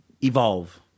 evolve